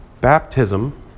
Baptism